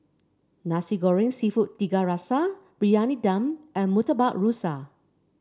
Nasi Goreng seafood Tiga Rasa Briyani Dum and Murtabak Rusa